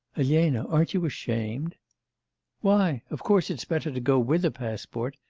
elena, aren't you ashamed why? of course it's better to go with a passport.